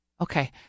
Okay